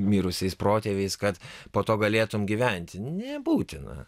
mirusiais protėviais kad po to galėtum gyventi nebūtina